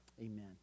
Amen